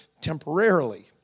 temporarily